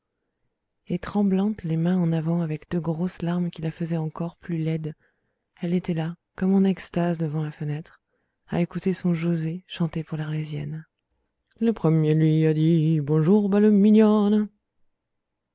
et tremblante les mains en avant avec de grosses larmes qui la faisaient encore plus laide elle était là comme en extase devant la fenêtre à écouter son josé chanter pour l'arlésienne le premier lui a dit bonjour